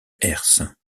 herse